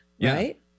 right